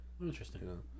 interesting